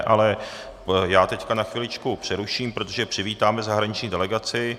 Ale teď na chviličku přeruším, protože přivítáme zahraniční delegaci.